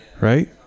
right